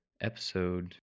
episode